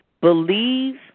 Believe